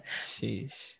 Sheesh